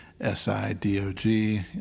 S-I-D-O-G